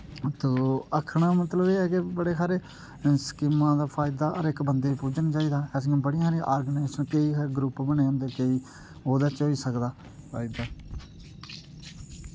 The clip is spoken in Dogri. तो आखने दा मतलब एह् ऐ कि बड़े सारे स्कीमां दा फायदा हर इक बंदे गी पुज्जना चाहिदा ऐसियां बड़ियां सारियां आर्गनाजेशनां केईं ग्रुप बने दे होंदे केईं ओह्दे च होई सकदा फायदा